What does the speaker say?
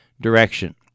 direction